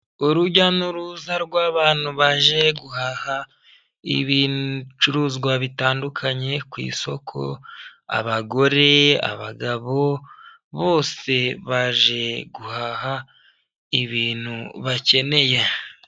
Urujya n'uruza rw'abantu baje guhaha ibicuruzwa bitandukanye ku isoko, abagore, abagabo bose baje guhaha ibintu bakeneye.